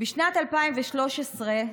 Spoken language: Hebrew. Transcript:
בשנת 2013,